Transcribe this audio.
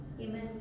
Amen